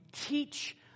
teach